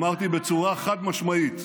אמרתי בצורה חד-משמעית,